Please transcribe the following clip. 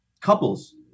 couples